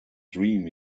dream